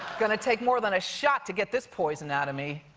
gonna take more than a shot to get this poison out of me.